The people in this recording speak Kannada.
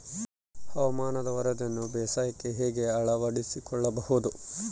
ಹವಾಮಾನದ ವರದಿಯನ್ನು ಬೇಸಾಯಕ್ಕೆ ಹೇಗೆ ಅಳವಡಿಸಿಕೊಳ್ಳಬಹುದು?